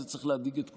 זה צריך להדאיג את כולם.